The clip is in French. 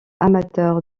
amateur